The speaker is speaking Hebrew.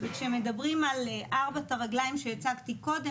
וכשמדברים על ארבע הרגליים שהצגתי קודם,